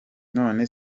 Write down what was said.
none